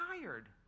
tired